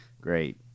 Great